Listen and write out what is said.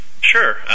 Sure